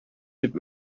дип